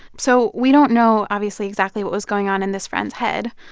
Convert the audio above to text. so we don't know, obviously, exactly what was going on in this friend's head,